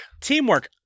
Teamwork